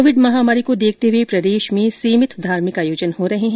Covid महामारी को देखते हुये प्रदेश में सीमित धार्मिक आयोजन हो रहे है